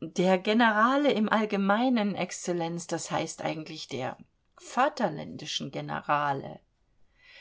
der generale im allgemeinen exzellenz das heißt eigentlich der vaterländischen generale